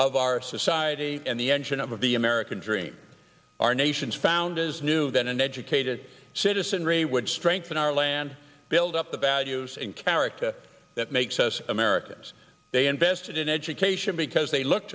of our society and the engine of the american dream our nation's founders knew that an educated citizenry would strengthen our land build up the values and character that makes us americans they invested in education because they look